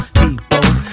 people